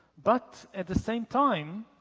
but at the same time,